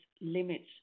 limits